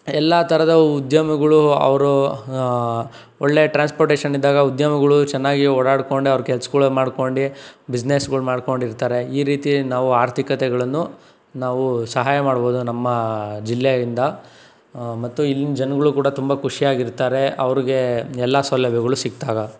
ಎಲ್ಲಾ ಥರದ ಉದ್ಯಮಗಳು ಅವರು ಒಳ್ಳೆಯ ಟ್ರಾನ್ಸ್ಪೋರ್ಟೇಶನ್ ಇದ್ದಾಗ ಉದ್ಯಮಗಳು ಚೆನ್ನಾಗಿ ಓಡಾಡ್ಕೊಂಡೆ ಅವರ ಕೆಲಸಗಳು ಮಾಡ್ಕೊಂಡು ಬಿಸ್ನೆಸ್ಗಳು ಮಾಡ್ಕೊಂಡಿರ್ತಾರೆ ಈ ರೀತಿ ನಾವು ಆರ್ಥಿಕತೆಗಳನ್ನು ನಾವು ಸಹಾಯ ಮಾಡ್ಬೋದು ನಮ್ಮ ಜಿಲ್ಲೆಯಿಂದ ಮತ್ತು ಇಲ್ಲಿನ ಜನಗಳು ಕೂಡ ತುಂಬ ಖುಷಿಯಾಗಿರ್ತಾರೆ ಅವರಿಗೆ ಎಲ್ಲ ಸೌಲಭ್ಯಗಳು ಸಿಕ್ದಾಗ